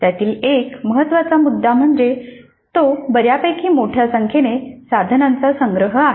त्यातील एक महत्त्वाचा मुद्दा म्हणजे तो बऱ्यापैकी मोठ्या संख्येने साधनांचा संग्रह आहे